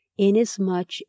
Inasmuch